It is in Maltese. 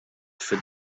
fid